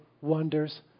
wonders